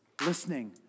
listening